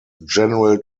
general